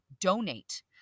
donate